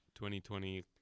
2020